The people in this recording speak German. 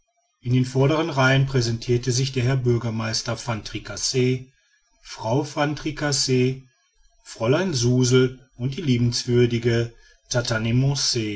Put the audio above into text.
in den vorderen reihen präsentirten sich der herr bürgermeister van tricasse frau van tricasse fräulein suzel und die liebenswürdige